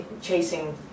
chasing